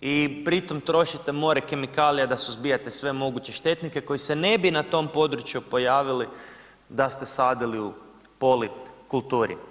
i pri tom trošite more kemikalija da suzbijate sve moguće štetnike koji se ne bi na tom području pojavili da ste sadili u polikulturi.